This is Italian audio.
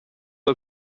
dal